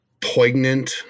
poignant